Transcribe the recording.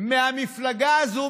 מהמפלגה הזו,